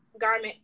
garment